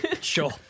sure